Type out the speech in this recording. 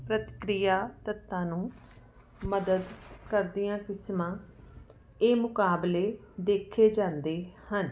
ਪ੍ਰਤੀਕਿਰਿਆ ਤੱਤਾਂ ਨੂੰ ਮਦਦ ਕਰਦੀਆਂ ਕਿਸਮਾਂ ਇਹ ਮੁਕਾਬਲੇ ਦੇਖੇ ਜਾਂਦੇ ਹਨ